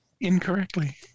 incorrectly